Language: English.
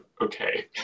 okay